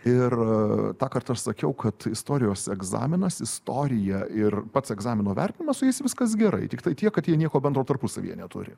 ir tąkart aš sakiau kad istorijos egzaminas istorija ir pats egzamino vertinimas su jais viskas gerai tiktai tiek kad jie nieko bendro tarpusavyje neturi